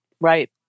Right